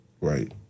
Right